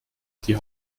die